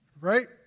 right